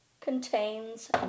contains